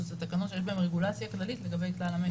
שהן תקנות שיש בהן רגולציה כללית לגבי כלל המשק.